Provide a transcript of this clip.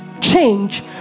change